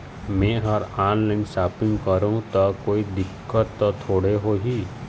मैं हर online shopping करू ता कोई दिक्कत त थोड़ी होही?